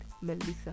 Melissa